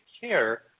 care